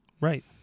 Right